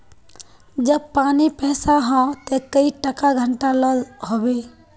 जब पानी पैसा हाँ ते कई टका घंटा लो होबे?